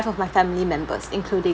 of my family members including